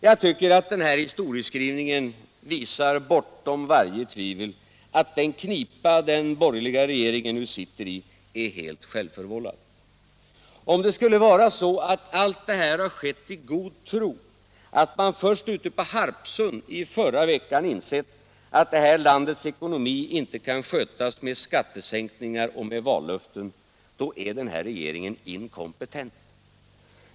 Jag tycker att den här historieskrivningen visar — bortom varje tvivel — att den knipa den borgerliga regeringen nu sitter i är helt självförvållad. Om det skulle vara så att allt detta har skett i god tro — att man först ute på Harpsund i förra veckan insett att det här landets ekonomi inte kan skötas med skattesänkningar och med vallöften — då är den här regeringen inkompetent.